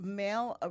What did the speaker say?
male